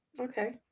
Okay